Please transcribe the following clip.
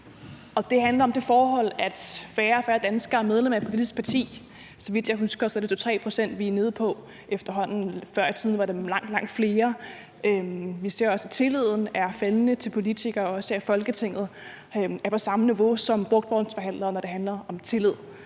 Det handler om det forhold, at færre og færre danskere er medlem af et politisk parti. Så vidt jeg husker, er det 2-3 pct., vi er nede på efterhånden; før i tiden var det langt, langt flere. Vi ser også, at tilliden til politikere, os her i Folketinget, er faldende og er på samme niveau som den til brugtvognsforhandlere. Så jeg vil gerne spørge